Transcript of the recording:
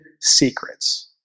secrets